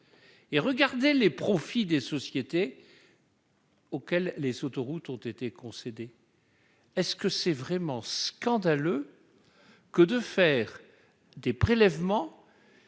et regardez les profits des sociétés. Auquel les autoroutes ont été concédés est-ce que c'est vraiment scandaleux que de faire des prélèvements